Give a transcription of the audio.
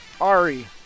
Ari